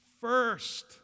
first